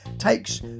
takes